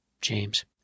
James